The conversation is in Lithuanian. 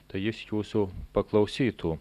tai jis jūsų paklausytų